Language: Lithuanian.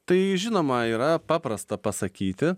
tai žinoma yra paprasta pasakyti